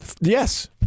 Yes